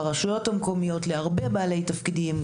לרשויות המקומיות ולהרבה בעלי תפקידים,